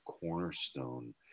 cornerstone